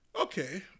Okay